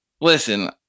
Listen